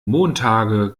montage